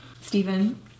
Stephen